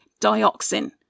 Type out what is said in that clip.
dioxin